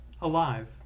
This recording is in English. Alive